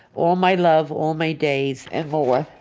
all my love, all my days and more,